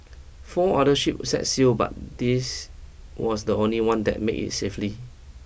four other ships set sail but this was the only one that made it safely